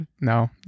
no